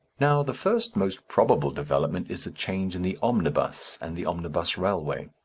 now, the first most probable development is a change in the omnibus and the omnibus railway.